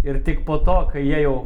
ir tik po to kai jie jau